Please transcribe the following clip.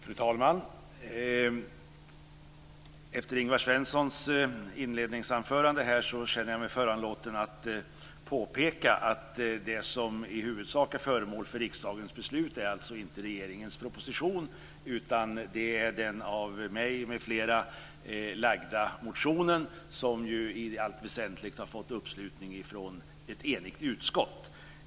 Fru talman! Efter Ingvar Svenssons inledningsanförande känner jag mig föranlåten att påpeka att det som i huvudsak är föremål för riksdagens beslut inte är regeringens proposition utan den av mig m.fl. väckta motionen, som i allt väsentligt har fått uppslutning från ett enigt utskott.